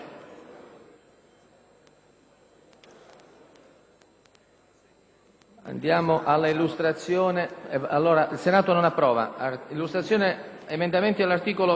**Il Senato non approva.**